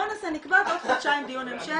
בואו נקבע לעוד חודשיים דיון המשך,